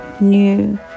new